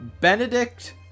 Benedict